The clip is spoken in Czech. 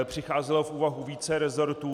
Přicházelo v úvahu více rezortů.